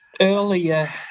earlier